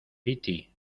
piti